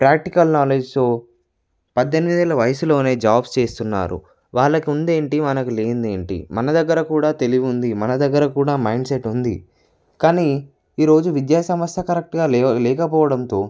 practical నాలెడ్జ్తో పద్దెనిమిది ఏళ్ళ వయసులోనే జాబ్స్ చేస్తున్నారు వాళ్ళకు ఉందేంటి మనకు లేనిది ఏంటి మన దగ్గర కూడా తెలివి ఉంది మన దగ్గర కూడా మైండ్సెట్ ఉంది కానీ ఈరోజు విద్యాసంస్థ కరెక్టుగా లే లేకపోవడంతో